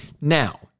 Now